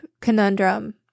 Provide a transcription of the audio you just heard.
conundrum